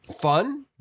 fun